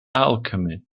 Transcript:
alchemy